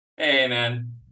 Amen